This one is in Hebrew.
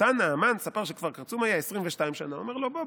תנא המן ספר של כפר קרצום היה עשרים ושתים שנה" הוא אומר לו: בוא,